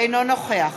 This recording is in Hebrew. אינו נוכח